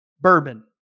bourbon